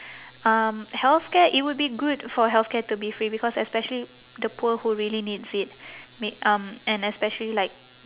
um healthcare it would be good for healthcare to be free because especially the poor who really needs it ma~ um and especially like